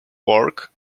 work